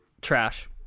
trash